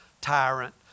tyrant